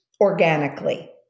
organically